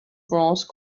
bronze